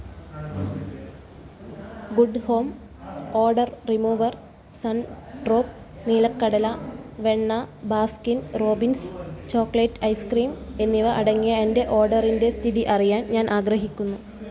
good Home odour remover Sundrop നീലക്കടല വെണ്ണ Baskin Robbins chocolate ice cream എന്നിവ അടങ്ങിയ എന്റെ ഓർഡറിന്റെ സ്ഥിതി അറിയാൻ ഞാൻ ആഗ്രഹിക്കുന്നു